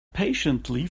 patiently